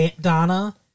Donna